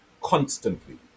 constantly